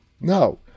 No